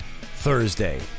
Thursday